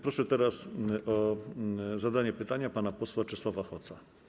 Proszę teraz o zadanie pytania pana posła Czesława Hoca.